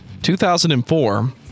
2004